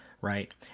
right